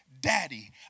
Daddy